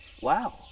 wow